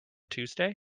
tuesday